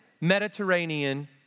Mediterranean